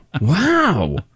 Wow